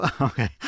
Okay